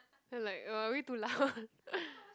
then like uh are we too loud